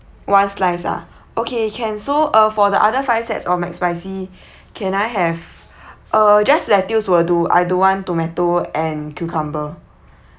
one slice ah okay can so uh for the other five sets of mac spicy can I have uh just lettuce will do I don't want tomato and cucumber